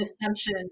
assumption